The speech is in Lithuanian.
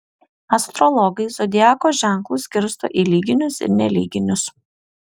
astrologai zodiako ženklus skirsto į lyginius ir nelyginius